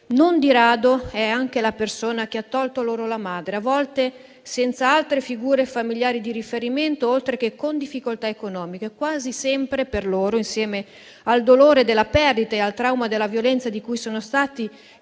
non di rado, è anche la persona che ha tolto loro la madre - e a volte senza altre figure familiari di riferimento, oltre che con difficoltà economiche. Quasi sempre per loro, insieme al dolore della perdita e al trauma della violenza di cui sono stati